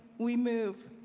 we move.